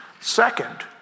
Second